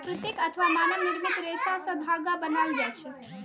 प्राकृतिक अथवा मानव निर्मित रेशा सं धागा बनायल जाए छै